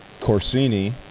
Corsini